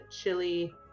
chili